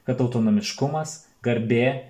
kad autonomiškumas garbė